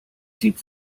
zieht